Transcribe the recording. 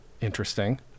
Interesting